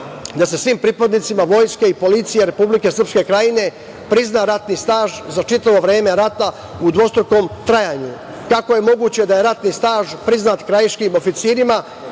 da se svim pripadnicima vojske i policije Republike Srpske Krajine prizna ratni staž za čitavo vreme rata u dvostrukom trajanju. Kako je moguće da je ratni staž priznat krajiškim oficirima